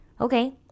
Okay